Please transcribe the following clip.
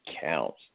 counts